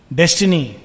destiny